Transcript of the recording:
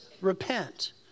repent